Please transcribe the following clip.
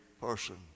person